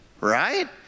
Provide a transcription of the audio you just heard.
Right